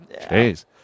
Jeez